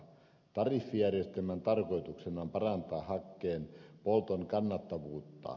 tariffijärjestelmän tarkoituksena on parantaa hakkeen polton kannattavuutta